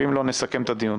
ואם לא, נסכם את הדיון.